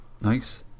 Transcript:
Nice